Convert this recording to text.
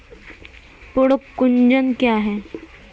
पर्ण कुंचन क्या है?